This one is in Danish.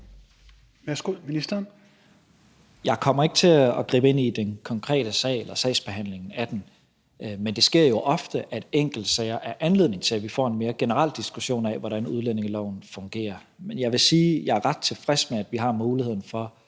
(Mattias Tesfaye): Jeg kommer ikke til at gribe ind i den konkrete sag eller sagsbehandlingen af den, men det sker jo ofte, at enkeltsager giver anledning til, at vi får en mere generel diskussion af, hvordan udlændingeloven fungerer. Men jeg vil sige, at jeg er ret tilfreds med, at vi har muligheden for